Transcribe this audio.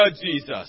Jesus